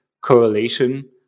correlation